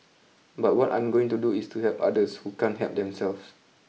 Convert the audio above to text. but what I'm going to do is to help others who can't help themselves